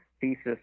thesis